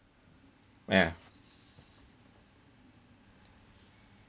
ya